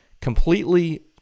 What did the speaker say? completely